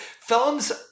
Films